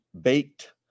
baked